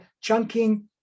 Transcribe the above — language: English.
chunking